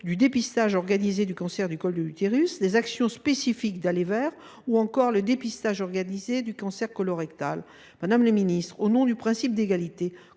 du dépistage organisé du cancer du col de l’utérus, des actions spécifiques d’« aller vers » ou encore le dépistage organisé du cancer colorectal. Au nom du principe d’égalité,